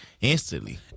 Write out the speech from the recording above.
instantly